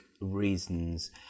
reasons